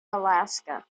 alaska